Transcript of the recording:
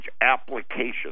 application